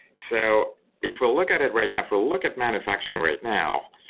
so if we look at it right now, if we look at manufacturing right now,